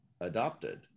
adopted